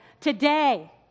today